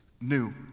new